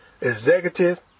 executive